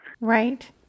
right